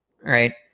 right